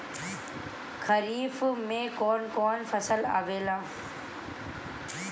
खरीफ में कौन कौन फसल आवेला?